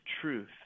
truth